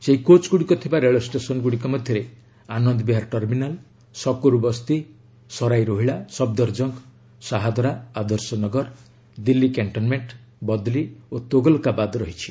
ସେହି କୋଚ୍ଗୁଡ଼ିକ ଥିବା ରେଳଷ୍ଟେସନଗୁଡ଼ିକ ମଧ୍ୟରେ ଆନନ୍ଦବିହାର ଟର୍ମିନାଲ ଶକୁରବସ୍ତି ଶରାଇ ରୋହିଳା ଶଫ୍ଦରଜଙ୍ଗ ସାହାଦରା ଆଦର୍ଶନଗର ଦିଲ୍ଲୀ କ୍ୟାଶ୍ଚନମେଣ୍ଟ ବଦଲି ଓ ତୋଗଲକାବାଦ ରହିଛି